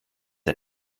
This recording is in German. der